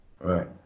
Right